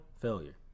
failure